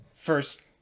first